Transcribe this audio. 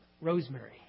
Rosemary